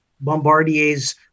Bombardier's